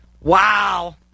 Wow